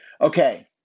Okay